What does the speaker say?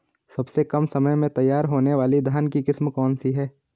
सबसे कम समय में तैयार होने वाली धान की किस्म कौन सी है?